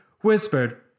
whispered